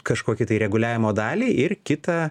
kažkokį tai reguliavimo dalį ir kita